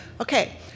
Okay